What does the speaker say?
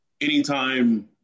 anytime